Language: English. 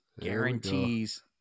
guarantees